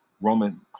Roman